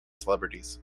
celebrities